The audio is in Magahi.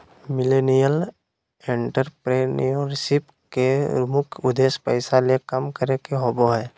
मिलेनियल एंटरप्रेन्योरशिप के मुख्य उद्देश्य पैसा ले काम करे के होबो हय